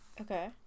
okay